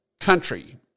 country